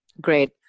Great